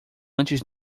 antes